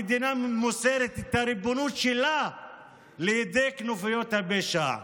המדינה מוסרת את הריבונות שלה לידי כנופיות הפשע.